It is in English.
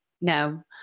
No